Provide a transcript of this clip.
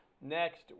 next